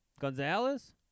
Gonzalez